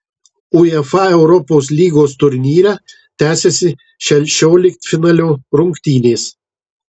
uefa europos lygos turnyre tęsėsi šešioliktfinalio rungtynės